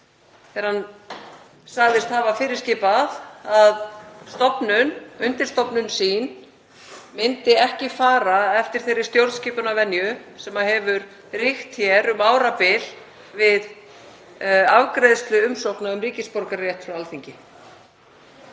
þegar hann sagðist hafa fyrirskipað að undirstofnun sín myndi ekki fara eftir þeirri stjórnskipunarvenju sem hefur ríkt hér um árabil við afgreiðslu umsókna um ríkisborgararétt frá Alþingi.